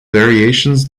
variations